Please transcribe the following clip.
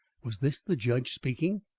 was this the judge speaking?